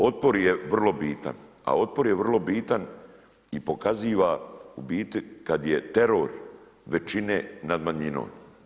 Otpor je vrlo bitan, a otpor je vrlo bitan i pokazuje u biti kada je teror većine nad manjinom.